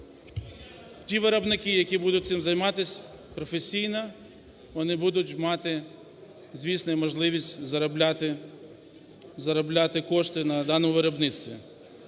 ті виробники, які будуть цим займатися професійно, вони будуть мати, звісно, і можливість заробляти, заробляти кошти на даному виробництві.